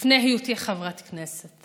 היותי חברת כנסת